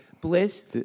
bliss